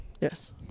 Yes